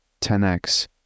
10x